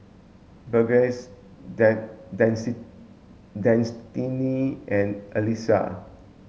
Burgess Destinee and Alissa